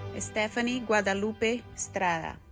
estefany guadalupe estrada